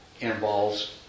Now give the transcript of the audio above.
involves